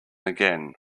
again